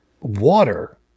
water